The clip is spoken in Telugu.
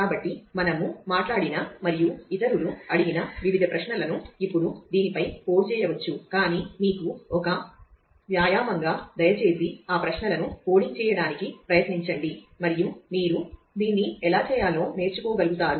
కాబట్టి మనము మాట్లాడిన మరియు ఇతరులు అడిగిన వివిధ ప్రశ్నలను ఇప్పుడు దీనిపై కోడ్ చేయవచ్చు కాని మీకు ఒక వ్యాయామంగా దయచేసి ఆ ప్రశ్నలను కోడింగ్ చేయడానికి ప్రయత్నించండి మరియు మీరు దీన్ని ఎలా చేయాలో నేర్చుకోగలుగుతారు